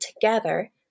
together